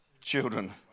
children